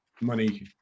money